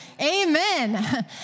amen